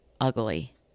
ugly